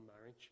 marriage